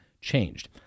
changed